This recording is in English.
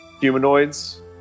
humanoids